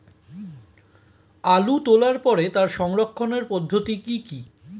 আলু তোলার পরে তার সংরক্ষণের পদ্ধতি কি কি?